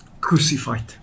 crucified